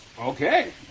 Okay